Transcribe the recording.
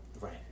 right